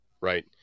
Right